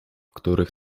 których